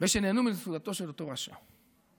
ב"שנהנו מסעודתו של אותו רשע"?